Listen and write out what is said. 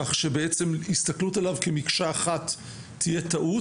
כך שבעצם הסתכלות עליו כמקשה אחת תהיה טעות.